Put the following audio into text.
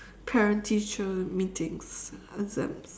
parent teacher meetings exams